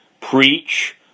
preach